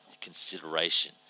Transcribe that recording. consideration